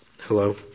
Hello